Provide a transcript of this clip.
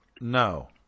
No